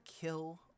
kill